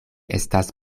estas